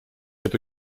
эту